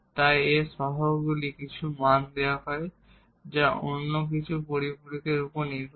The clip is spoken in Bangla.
তাই এই কোএফিসিয়েন্ট গুলিকে কিছু মান দেওয়া হয় যা অন্য কিছু সাপ্লিমেন্টরি এর উপর নির্ভর করে